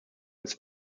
his